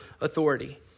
authority